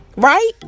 Right